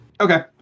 okay